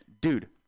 Dude